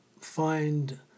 find